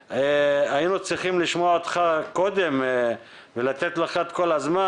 היינו צריכים לשמוע אותך קודם ולתת לך את כל הזמן,